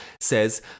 says